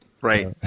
Right